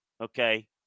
Okay